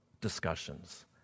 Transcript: discussions